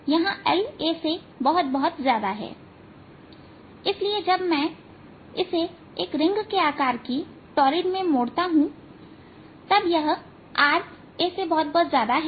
यहां La से बहुत बहुत ज्यादा है Laजब मैं इसे एक रिंग के आकार की टॉरिड में मोड़ता हूं तब यह Ra है